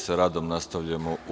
Sa radom nastavljamo u